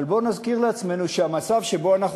אבל בואו נזכיר לעצמנו שהמצב שבו אנחנו